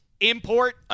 import